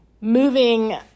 moving